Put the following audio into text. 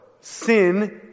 Sin